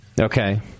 Okay